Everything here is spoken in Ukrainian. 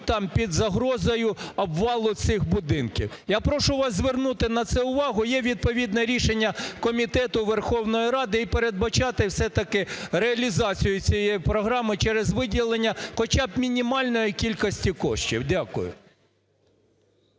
під загрозою обвалу цих будинків. Я прошу вас звернути на це увагу. Є відповідне рішення Комітету Верховної Ради, і передбачати все-таки реалізацію цієї програми через виділення хоча б мінімальної кількості коштів. Дякую.